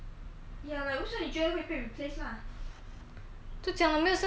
就讲我没有生孩子当一一定会政府一定要有人进口不然这个